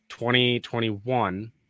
2021